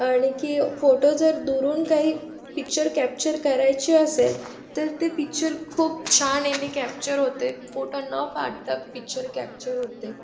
आणि की फोटो जर दुरून काही पिक्चर कॅपचर करायचे असेल तर ते पिक्चर खूप छान याने कॅपचर होते फोटो न फाटता पिक्चर कॅप्चर होते